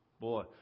Boy